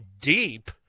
deep